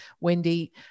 wendy